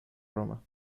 roma